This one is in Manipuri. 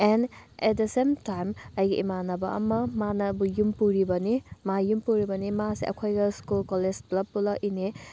and at the same time ꯑꯩꯒꯤ ꯏꯃꯥꯟꯅꯕ ꯑꯃ ꯃꯥꯅ ꯌꯨꯝ ꯄꯨꯔꯤꯕꯅꯤ ꯃꯥ ꯌꯨꯝ ꯄꯨꯔꯤꯕꯅꯤ ꯃꯥꯁꯦ ꯑꯩꯈꯣꯏꯒ ꯁ꯭ꯀꯨꯜ ꯀꯣꯂꯦꯖ ꯄꯨꯜꯂꯞ ꯄꯨꯜꯂꯛꯏꯅꯦ